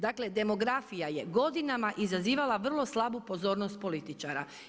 Dakle, demografija je godinama izazivala vrlo slabu pozornost političara.